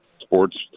sports